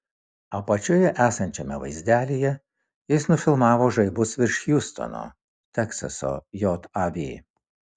apačioje esančiame vaizdelyje jis nufilmavo žaibus virš hjustono teksaso jav